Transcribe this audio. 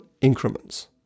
increments